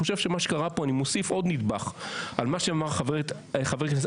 אני מוסיף פה עוד נדבך על מה שאמר חבר הכנסת